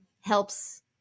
helps